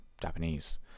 Japanese